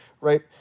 right